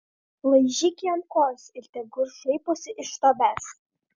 laižyk jam kojas ir tegul šaiposi iš tavęs